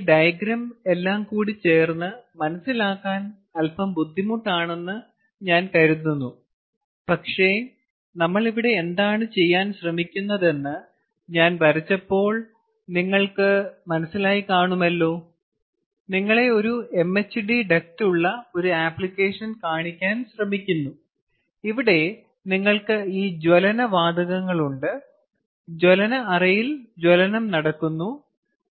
ഈ ഡയഗ്രം എല്ലാം കൂടി ചേർന്ന് മനസ്സിലാക്കാൻ അൽപ്പം ബുദ്ധിമുട്ടാണെന്ന് ഞാൻ കരുതുന്നു പക്ഷേ നമ്മൾ ഇവിടെ എന്താണ് ചെയ്യാൻ ശ്രമിക്കുന്നതെന്ന് ഞാൻ വരച്ചപ്പോൾ നിങ്ങൾക്ക് മനസ്സിലായി കാണുമല്ലോ നിങ്ങളെ ഒരു MHD ഡക്റ്റ് ഉള്ള ഒരു ആപ്ലിക്കേഷൻ കാണിക്കാൻ ശ്രമിക്കുന്നു ഇവിടെ നിങ്ങൾക്ക് ഈ ജ്വലന വാതകങ്ങളുണ്ട് ജ്വലന അറയിൽ ജ്വലനം നടക്കുന്നു